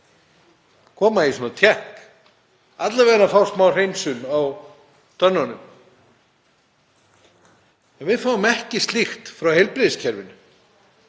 koma í tékk, fá alla vega smá hreinsun á tönnunum. En við fáum ekki slíkt frá heilbrigðiskerfinu.